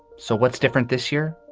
so what's different this year?